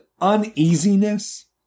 uneasiness